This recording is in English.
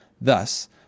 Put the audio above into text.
Thus